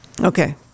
Okay